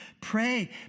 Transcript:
pray